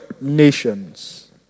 nations